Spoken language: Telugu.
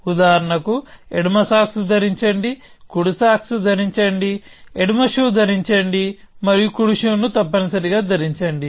ఉదాహరణకు ఎడమ సాక్స్ ధరించండి కుడి సాక్స్ ధరించండి ఎడమ షూ ధరించండి మరియు కుడి షూను తప్పనిసరిగా ధరించండి